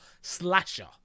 slasher